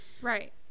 right